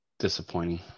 Disappointing